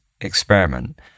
experiment